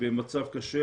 במצב קשה.